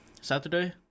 Saturday